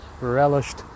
relished